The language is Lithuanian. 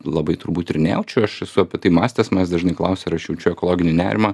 labai turbūt ir nejaučiu aš esu apie tai mąstęs manęs dažnai klausia ar aš jaučiu ekologinį nerimą